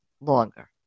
longer